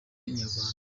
inyarwanda